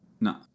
No